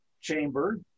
chamber